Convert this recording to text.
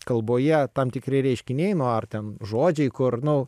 kalboje tam tikri reiškiniai ar ten žodžiai kur nu